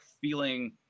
feeling